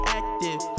active